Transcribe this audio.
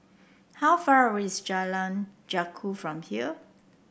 how far away is Jalan Janggus from here